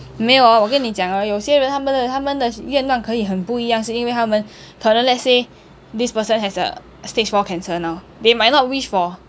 没有哦我跟你讲有些人他们的他们的愿望可以很不一样是因为他们可能 let's say this person has a stage four cancer now they might not wish for